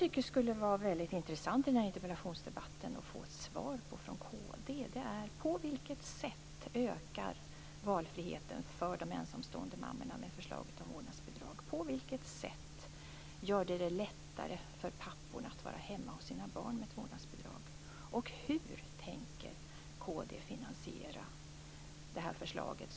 Det skulle vara väldigt intressant att i den här interpellationsdebatten få svar från kd på frågan: På vilket sätt ökar valfriheten för de ensamstående mammorna med förslaget om vårdnadsbidrag? På vilket sätt gör vårdnadsbidraget det lättare för papporna att vara hemma hos sina barn? Hur tänker kd finansiera det här förslaget?